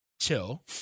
chill